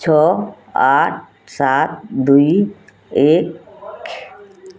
ଛଅ ଆଠ ସାତ ଦୁଇ ଏକ